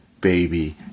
baby